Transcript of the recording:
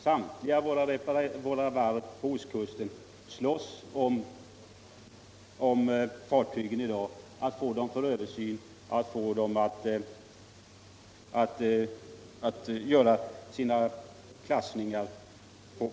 Samtliga varv på ostkusten kämpar i dag om tillfällena att få in fartyg för reparationer, översyn och för klassningar.